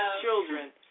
children